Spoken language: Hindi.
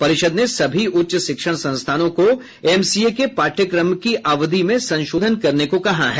परिषद ने सभी उच्च शिक्षण संस्थानों को एमसीए के पाठ्यक्रम की अवधि में संशोधित करने को कहा है